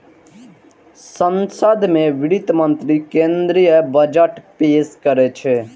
संसद मे वित्त मंत्री केंद्रीय बजट पेश करै छै